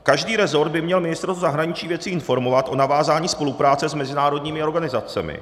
Každý rezort by měl Ministerstvo zahraničních věcí informovat o navázání spolupráce s mezinárodními organizacemi.